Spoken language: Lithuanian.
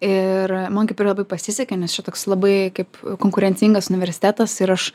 ir man kaip ir labai pasisekė nes čia toks labai kaip konkurencingas universitetas ir aš